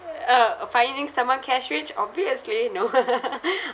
uh finding someone cash rich obviously no